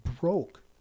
broke